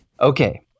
Okay